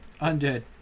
Undead